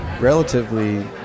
relatively